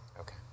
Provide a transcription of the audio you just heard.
Okay